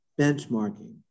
benchmarking